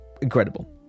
incredible